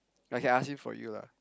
I can ask him for you lah